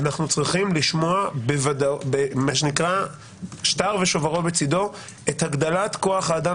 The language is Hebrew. אנחנו צריכים לשמוע במה שנקרא שטר ושוברו בצדו את הגדלת כוח האדם